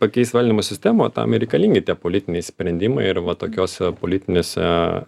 pakeist valdymo sistemą o tam ir reikalingi tie politiniai sprendimai ir va tokiose politinėse